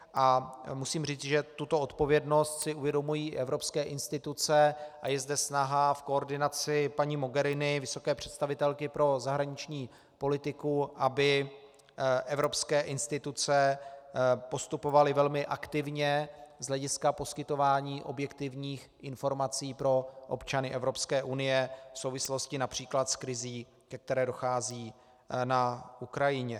A musím říci, že tuto odpovědnost si uvědomují evropské instituce a je zde snaha v koordinaci paní Mogherini, vysoké představitelky pro zahraniční politiku, aby evropské instituce postupovaly velmi aktivně z hlediska poskytování objektivních informací pro občany Evropské unie v souvislosti například s krizí, ke které dochází na Ukrajině.